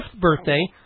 birthday